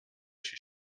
się